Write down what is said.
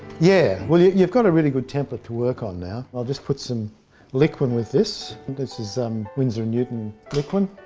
yeah, well yeah you've got a really good template to work on now. i'll just put some liquin with this. this is um windsor and newton liquin,